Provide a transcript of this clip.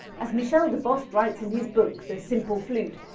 as michel debost writes in his book, the simple flute,